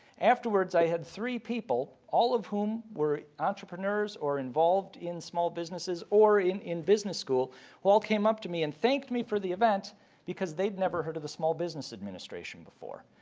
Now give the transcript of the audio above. afterwards i had three people, all of whom were entrepreneurs or involved in small businesses or in in business school who all came up to me and thanked me for the event because they'd never heard of the small business administration before.